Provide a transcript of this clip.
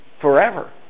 forever